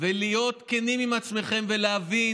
ולהיות כנים עם עצמכם ולהבין